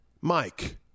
Mike